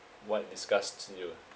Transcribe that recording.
what disgusts you